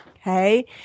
okay